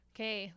Okay